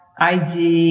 IG